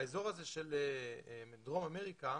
האזור הזה של דרום אמריקה,